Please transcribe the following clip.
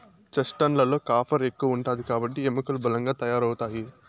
chestnut లలో copper ఎక్కువ ఉంటాది కాబట్టి ఎముకలు బలంగా తయారవుతాయి